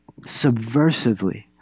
subversively